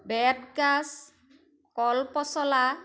বেতগাজ কল পচলা